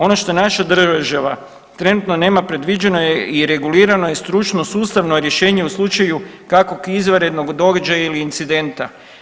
Ono što naša država trenutno nema predviđeno je i regulirano je stručno sustavno rješenje u slučaju kakvog izvanrednog događaja ili incidenta.